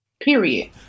Period